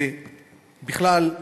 ובכלל,